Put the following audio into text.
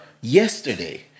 yesterday